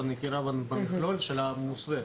של המוסווה.